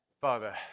Father